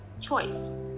choice